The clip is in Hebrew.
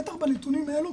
בטח בנתונים האלה,